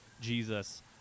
jesus